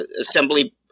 assembly